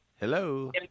Hello